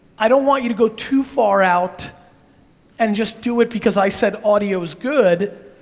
i don't want you to go too far out and just do it because i said audio's good,